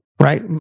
right